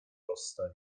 rozstaj